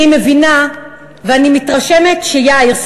אני מבינה ואני מתרשמת שיאיר,